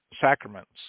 sacraments